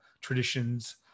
traditions